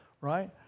right